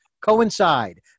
coincide